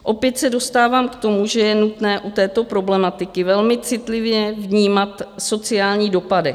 Opět se dostávám k tomu, že je nutné u této problematiky velmi citlivě vnímat sociální dopady.